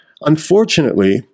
unfortunately